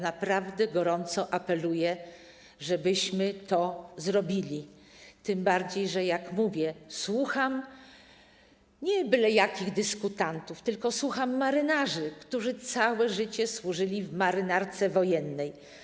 Naprawdę gorąco apeluję, żebyśmy to zrobili, tym bardziej że, jak mówię, słucham nie byle jakich dyskutantów, tylko słucham marynarzy, którzy całe życie służyli w Marynarce Wojennej.